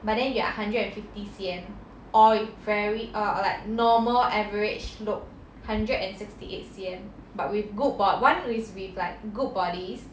but then you are hundred and fifty C_M or if very err like normal average look hundred and sixty eight C_M but with good bod one is with like good bodies